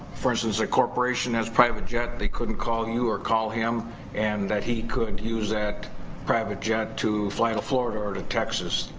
for instance, a corporation has a private jet, they couldn't call you or call him and that he could use that private jet to fly to florida or to texas?